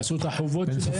עשו את החובות שלהם.